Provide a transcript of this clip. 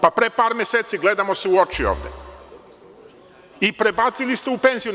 Pre par meseci, gledamo se u oči ovde, i prebacili ste u penziono.